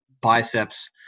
biceps